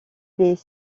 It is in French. des